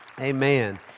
Amen